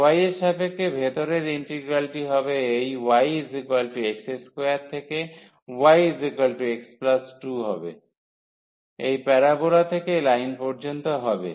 y এর সাপেক্ষে ভেতরের ইনিগ্রালটি হবে এই y x2 থেকে yx2 হবে এই প্যারোবোলা থেকে এই লাইন পর্যন্ত হবে